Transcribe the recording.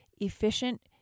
efficient